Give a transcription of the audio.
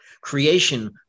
Creation